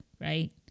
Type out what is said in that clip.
right